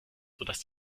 sodass